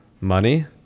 money